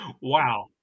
Wow